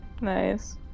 Nice